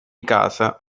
casa